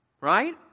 right